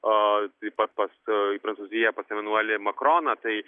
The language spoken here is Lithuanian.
a taip pat pas į prancūziją pas emanuelį makroną tai